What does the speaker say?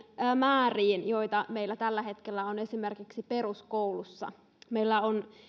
määriin joita meillä tällä hetkellä on esimerkiksi peruskoulussa meillä on